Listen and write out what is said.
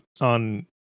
on